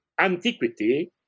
antiquity